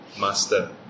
master